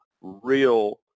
real